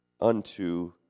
unto